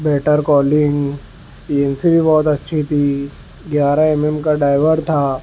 better calling E N C بھی بہت اچھی تھی گیارہ ایم ایم کا ڈائیور تھا